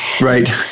Right